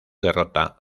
derrota